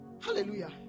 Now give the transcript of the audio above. Hallelujah